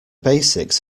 basics